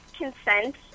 consent